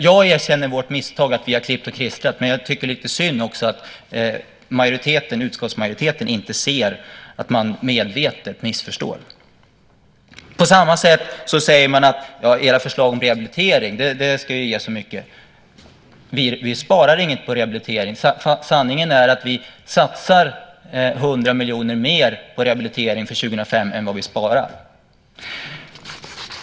Jag erkänner vårt misstag när vi har klippt och klistrat, men jag tycker också att det är lite synd att utskottsmajoriteten inte ser att man medvetet missförstår. På samma sätt säger man att våra förslag om rehabilitering inte kommer att ge så mycket. Vi sparar inget på rehabilitering. Sanningen är att vi satsar 100 miljoner mer på rehabilitering för 2005 än vad vi sparar.